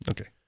Okay